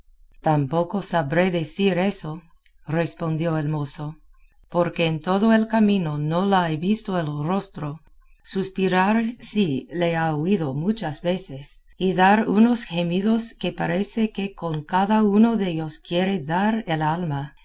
tampoco sabré decir eso respondió el mozo porque en todo el camino no la he visto el rostro suspirar sí la he oído muchas veces y dar unos gemidos que parece que con cada uno dellos quiere dar el alma